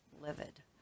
livid